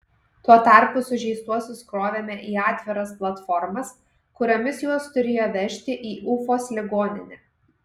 tuo tarpu sužeistuosius krovėme į atviras platformas kuriomis juos turėjo vežti į ufos ligoninę